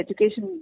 education